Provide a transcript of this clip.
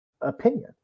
opinion